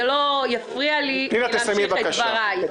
זה לא יפריע לי להמשיך את דבריי.